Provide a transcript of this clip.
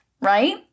right